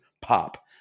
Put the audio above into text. pop